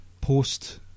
post